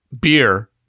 beer